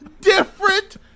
different